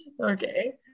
okay